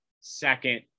second